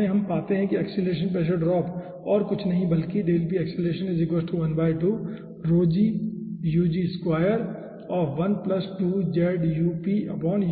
तो अंत में हम पाते हैं कि एक्सेलरेशन प्रेशर ड्रॉप और कुछ नहीं